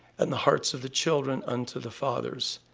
and the hearts of the children unto the fathers,